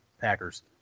Packers